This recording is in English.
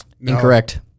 Incorrect